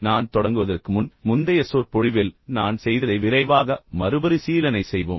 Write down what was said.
நான் தொடங்குவதற்கு முன் முந்தைய சொற்பொழிவில் நான் செய்ததை விரைவாக மறுபரிசீலனை செய்வோம்